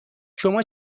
شما